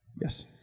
Yes